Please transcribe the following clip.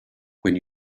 when